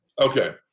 Okay